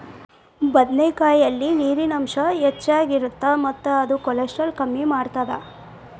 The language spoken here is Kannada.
ಬದನೆಕಾಯಲ್ಲಿ ನೇರಿನ ಅಂಶ ಹೆಚ್ಚಗಿ ಇರುತ್ತ ಮತ್ತ ಇದು ಕೋಲೆಸ್ಟ್ರಾಲ್ ಕಡಿಮಿ ಮಾಡತ್ತದ